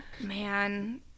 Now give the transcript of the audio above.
Man